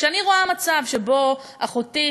כשאני רואה מצב שבו אחותי,